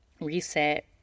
reset